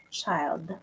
child